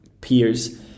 peers